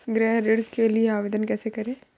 गृह ऋण के लिए आवेदन कैसे करें?